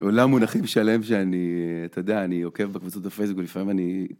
עולם מונחים שלם שאני, אתה יודע, אני עוקב בקבוצת הפייסבוק ולפעמים אני...